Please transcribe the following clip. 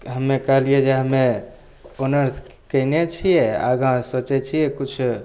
हमे कहलियै जे हमे ऑनर्स कयने छियै आगा सोचय छियै किछु